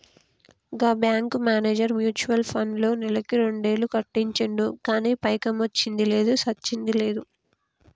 గా bank manager mutual ఫండ్లో నెలకు రెండేలు కట్టించిండు గానీ పైకమొచ్చ్చింది లేదు, సచ్చింది లేదు